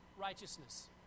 righteousness